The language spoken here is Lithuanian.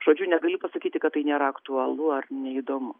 žodžiu negali pasakyti kad tai nėra aktualu ar neįdomu